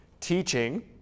Teaching